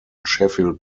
sheffield